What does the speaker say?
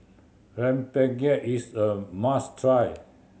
rempeyek is a must try